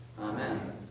Amen